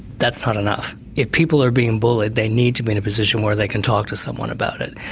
that's not enough. if people are being bullied, they need to be in a position where they can talk to someone about it.